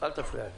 אל תפריע לי.